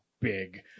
big